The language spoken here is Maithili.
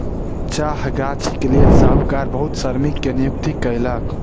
चाह गाछीक लेल साहूकार बहुत श्रमिक के नियुक्ति कयलक